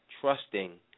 trusting